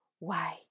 Why